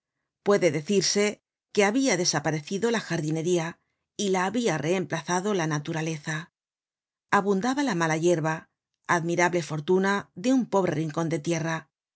puede decirse que habia desaparecido la jardinería y la habia reemplazado la naturaleza abundabala mala yerba admirable fortuna de un pobre rincon de tierra